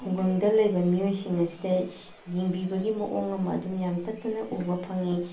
ꯈꯨꯡꯒꯪꯗ ꯂꯩꯕ ꯃꯤꯑꯣꯏꯁꯤꯡ ꯑꯁꯤꯗ ꯌꯦꯡꯕꯤꯕꯒꯤ ꯃꯑꯣꯡ ꯑꯃ ꯑꯗꯨꯝ ꯌꯥꯝ ꯇꯠꯇꯅ ꯎꯕ ꯐꯪꯉꯤ